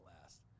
last